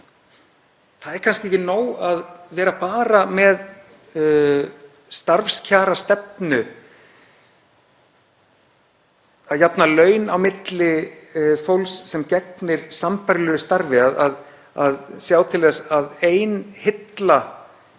Það er kannski ekki nóg að vera bara með starfskjarastefnu um að jafna laun á milli fólks sem gegnir sambærilegu starfi, að sjá til þess að ein hilla